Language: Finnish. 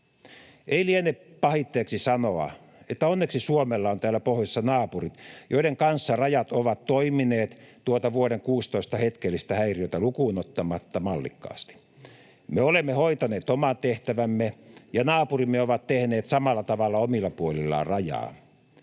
Ei liene pahitteeksi sanoa, että onneksi Suomella on täällä pohjoisessa naapurit, joiden kanssa rajat ovat toimineet tuota vuoden 16 hetkellistä häiriötä lukuun ottamatta mallikkaasti. Me olemme hoitaneet oman tehtävämme, ja naapurimme ovat tehneet samalla tavalla omilla puolillaan rajaa.